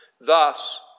Thus